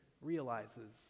realizes